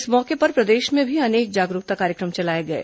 इस मौके पर प्रदेश में भी अनेक जागरूकता कार्यक्रम चलाए गए